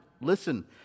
listen